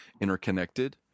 interconnected